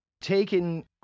taken